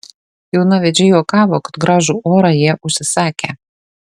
jaunavedžiai juokavo kad gražų orą jie užsisakę